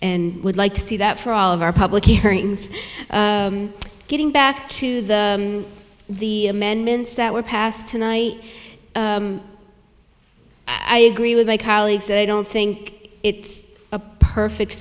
and would like to see that for all of our public hearings getting back to the the amendments that were passed tonight i agree with my colleagues i don't think it's a perfect